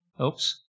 oops